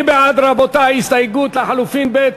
מי בעד, רבותי, הסתייגות לחלופין (ב)?